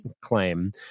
claim